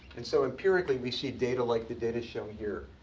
and so, empirically, we see data like the data shown here.